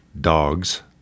dogs